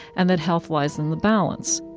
and that health lies in the balance?